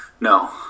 No